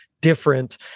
different